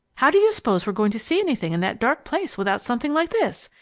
how do you suppose we are going to see anything in that dark place without something like this?